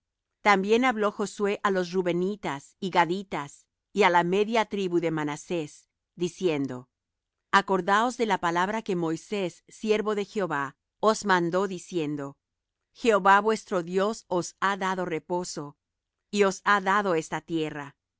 también habló josué á los rubenitas y gaditas y á la media tribu de manasés diciendo acordaos de la palabra que moisés siervo de jehová os mandó diciendo jehová vuestro dios os ha dado reposo y os ha dado esta tierra